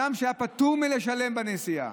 הוא אדם שהיה פטור מלשלם בנסיעה.